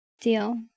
deal